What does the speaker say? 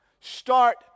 start